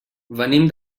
venim